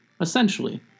Essentially